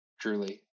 truly